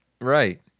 Right